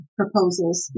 proposals